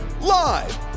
Live